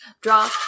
Draw